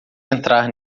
entrar